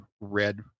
red